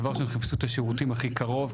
דבר ראשון הם חיפשו את השירותים הכי קרוב,